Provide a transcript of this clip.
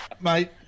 Mate